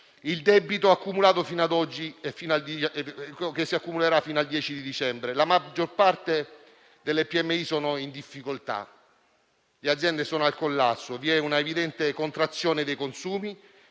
e che si accumulerà fino al 10 dicembre. La maggior parte delle PMI è in difficoltà; le aziende sono al collasso, vi è un'evidente contrazione dei consumi,